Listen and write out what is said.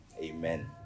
Amen